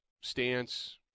stance